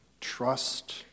trust